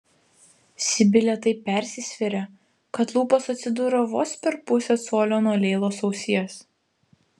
sibilė taip persisvėrė kad lūpos atsidūrė vos per pusę colio nuo leilos ausies